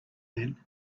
man